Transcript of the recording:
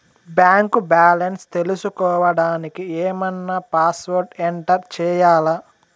Bank balance తెలుసుకోవడానికి ఏమన్నా password enter చేయాలా?